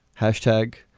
hashtag,